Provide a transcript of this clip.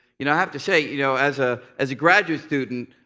you know i have to say, you know, as ah as a graduate student,